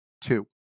two